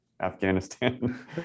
Afghanistan